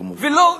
כמובן.